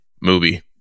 Movie